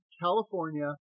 California